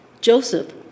Joseph